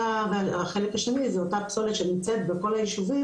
והחלק השני זו אותה פסולת שנמצאת בכל הישובים,